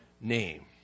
name